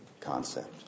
concept